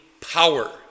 power